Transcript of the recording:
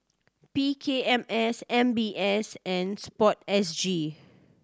P K M S M B S and Sport S G